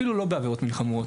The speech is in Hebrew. אפילו לא בעבירות מין חמורות,